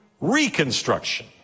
reconstruction